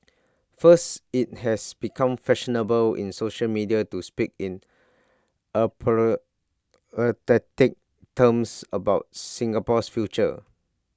first IT has become fashionable in social media to speak in terms about Singapore's future